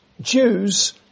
Jews